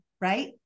Right